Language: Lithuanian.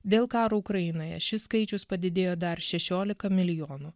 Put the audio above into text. dėl karo ukrainoje šis skaičius padidėjo dar šešiolika milijonų